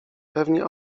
pewnie